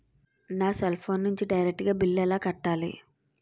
నా cell phone నుంచి direct గా బిల్లు ఎలా కట్టాలి?